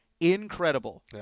incredible